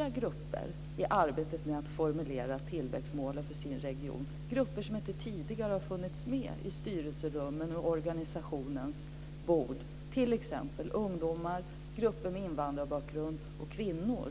har tagits in i arbetet med att formulera tillväxtmålen för den egna regionen - grupper som inte tidigare har funnits med i styrelserummen och vid organisationens bord, t.ex. ungdomar, grupper med invandrarbakgrund och kvinnor.